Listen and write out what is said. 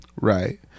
right